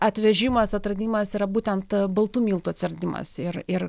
atvežimas atradimas yra būtent baltų miltų atsiradimas ir ir